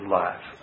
life